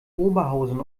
oberhausen